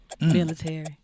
Military